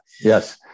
Yes